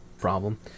problem